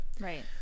Right